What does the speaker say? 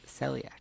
celiac